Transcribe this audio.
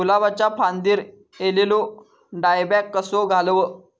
गुलाबाच्या फांदिर एलेलो डायबॅक कसो घालवं?